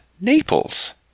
Naples